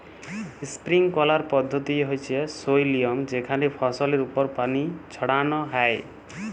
sprinkler পদ্ধতি হচ্যে সই লিয়ম যেখানে ফসলের ওপর পানি ছড়ান হয়